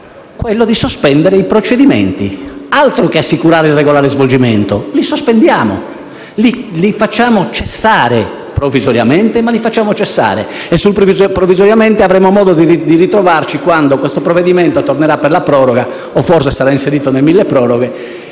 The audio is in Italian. quello di sospendere i procedimenti: altro che assicurare il regolare svolgimento! Li sospendiamo; li facciamo cessare, provvisoriamente, ma li facciamo cessare, e sul termine «provvisoriamente» avremo modo di ritornarci in futuro, quando il provvedimento tornerà per la proroga o forse sarà inserito nel mille proroghe.